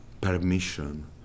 permission